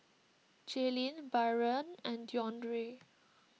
Jailyn Byron and Deondre